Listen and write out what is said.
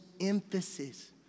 emphasis